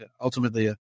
ultimately